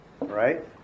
Right